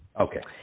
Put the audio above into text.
Okay